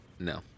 No